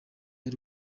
ari